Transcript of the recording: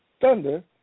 Thunder